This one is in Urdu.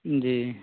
جی